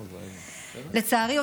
לצערי,